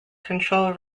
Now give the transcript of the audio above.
control